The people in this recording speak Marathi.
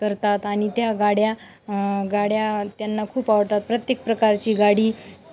करतात आणि त्या गाड्या गाड्या त्यांना खूप आवडतात प्रत्येक प्रकारची गाडी